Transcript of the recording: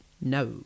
No